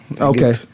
Okay